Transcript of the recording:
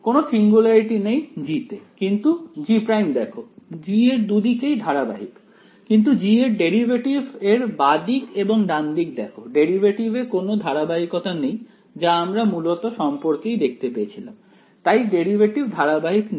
কোন সিঙ্গুলারিটি নেই G তে কিন্তু G' দেখো G এর দুদিকেই ধারাবাহিক কিন্তু G এর ডেরিভেটিভ এর বাঁ দিকে এবং ডান দিকে দেখো ডেরিভেটিভ এ কোন ধারাবাহিকতা নেই যা আমরা মূলত সম্পর্কেই দেখতে পেয়েছিলাম তাই ডেরিভেটিভ ধারাবাহিক না